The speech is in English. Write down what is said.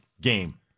game